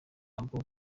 babo